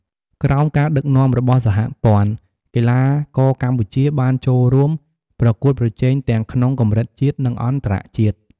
ក្រោមការដឹកនាំរបស់សហព័ន្ធ កីឡាករកម្ពុជាបានចូលរួមប្រកួតប្រជែងទាំងក្នុងកម្រិតជាតិ និងអន្តរជាតិ។